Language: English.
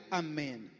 amen